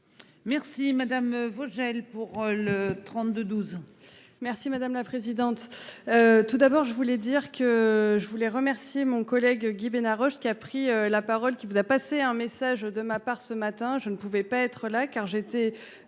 Merci madame Vogel pour le 32 12